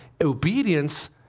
obedience